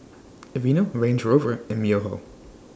Aveeno Range Rover and Myojo